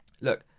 Look